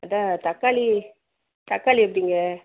அதுதான் தக்காளி தக்காளி எப்படிங்க